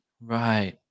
Right